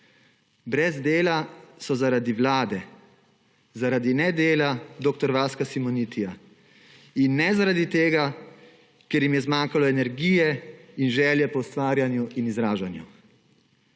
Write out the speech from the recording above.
Brez dela so zaradi Vlade, zaradi nedela dr. Vaska Simonitija in ne zaradi tega, ker jim je zmanjkalo energije in želje po ustvarjanju in izražanju.